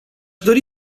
dori